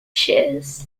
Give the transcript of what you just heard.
shears